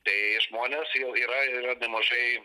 tai žmonės jau yra yra nemažai